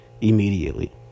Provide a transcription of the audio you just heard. immediately